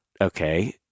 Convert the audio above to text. Okay